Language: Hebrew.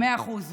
מאה אחוז.